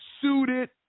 suited